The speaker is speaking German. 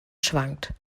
schwankt